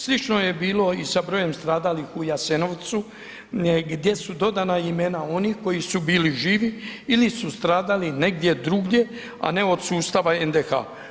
Slično je bilo i sa brojem stradalih u Jasenovcu, gdje su dodana imena onih koji su bili živi ili su stradali negdje drugdje, a ne od sustava NDH.